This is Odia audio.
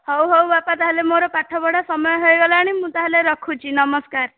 ହଉ ହଉ ବାପା ତା'ହେଲେ ମୋର ପାଠ ପଢ଼ା ସମୟ ହୋଇଗଲାଣି ମୁଁ ତା'ହେଲେ ରଖୁଛି ନମସ୍କାର